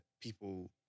people